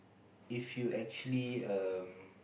if you actually um